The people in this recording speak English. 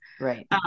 right